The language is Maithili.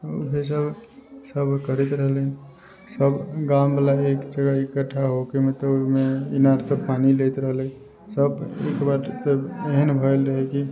उएह सभ करैत रहलै सभ गामवला भी एक जगह इकठ्ठा होके मतलब ओहिमे इनारसँ पानि लैत रहलै सभ एक बार तऽ एहन भेल रहय कि